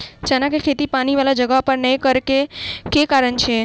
चना केँ खेती पानि वला जगह पर नै करऽ केँ के कारण छै?